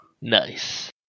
Nice